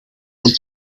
und